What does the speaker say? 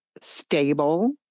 stable